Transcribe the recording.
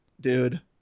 dude